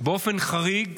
באופן חריג,